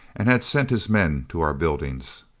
and had sent his men to our buildings.